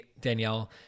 Danielle